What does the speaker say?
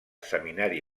seminari